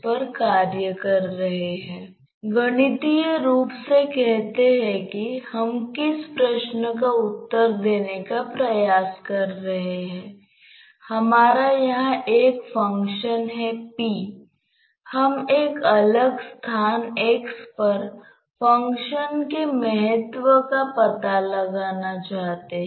और हम कहते हैं कि इस तरह हम x और y का समन्वय करते हैं